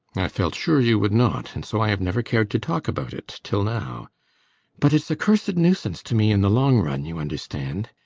i felt sure you would not and so i have never cared to talk about it till now but it's a cursed nuisance to me in the long run, you understand.